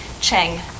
Cheng